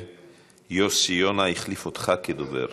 לי שיוסי יונה החליף אותך כדובר,